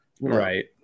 Right